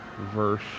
Verse